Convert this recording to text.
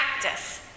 practice